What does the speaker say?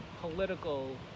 political